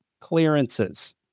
clearances